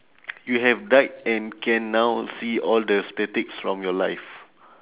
you have died and can now see all the statistics from your life